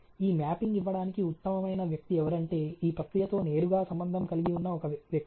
ఈ మ్యాపింగ్ ఇవ్వడానికి ఉత్తమమైన వ్యక్తి ఎవరంటే ఈ ప్రక్రియతో నేరుగా సంబంధం కలిగి ఉన్న వ్యక్తి